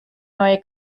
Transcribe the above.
neue